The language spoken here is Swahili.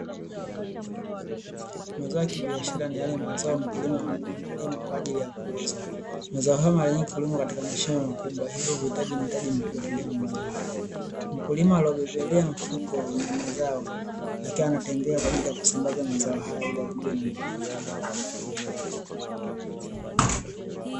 Mazao ya kibiashara ni yale mazao ambayo mkulima analima kwa ajili ya kuuza, mazao hayo mara nyingi hulimwa katika mashamba makubwa, hivyo huhitaji mtaji mkubwa kwa ajili ya kulima mazao haya. Mkulima aliobebelea mfuko wenye mazao akiwa anatembea kwa ajili ya kusambaza mazao hayo ili yapigwe na jua.